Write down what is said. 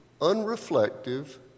unreflective